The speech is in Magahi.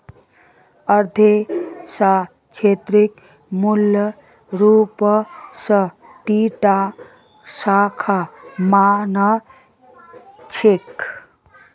अर्थशास्त्रक मूल रूपस दी टा शाखा मा न छेक